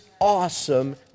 awesome